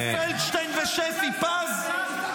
אלי פלדשטיין ושפי פז?